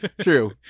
true